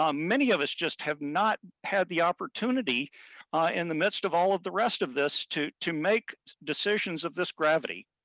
um many of us have not had the opportunity in the midst of all of the rest of this to to make decisions of this gravity.